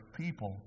people